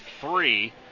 three